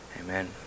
amen